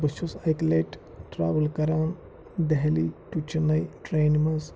بہٕ چھُس اَکہِ لَٹہِ ٹرٛاوٕل کَران دہلی ٹُو چِنَے ٹرٛینہِ منٛز